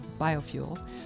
biofuels